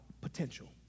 potential